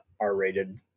R-rated